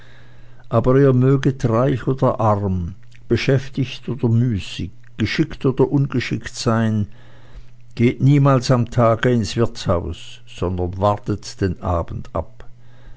aber ihr möget reich oder arm beschäftigt oder müßig geschickt oder ungeschickt sein geht niemals am tage ins wirtshaus sondern wartet den abend ab